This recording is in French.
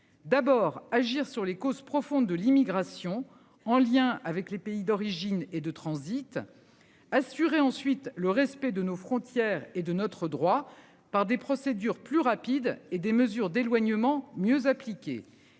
d'abord agir sur les causes profondes de l'immigration en lien avec les pays d'origine et de transit. Assurer ensuite le respect de nos frontières et de notre droit par des procédures plus rapides et des mesures d'éloignement mieux appliquer